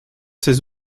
ces